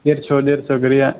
देरस' देरस' गोरैआ